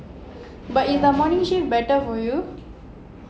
but is the morning shift better for you